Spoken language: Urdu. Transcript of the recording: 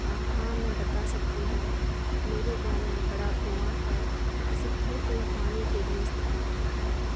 ہاں میں بتا سکتی ہوں میرے گاؤں میں بڑا کنواں ہے اسے ہر کوئی پانی کے لیے استعمال کرتا ہے